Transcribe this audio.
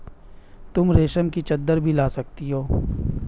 तुम रेशम की चद्दर भी ला सकती हो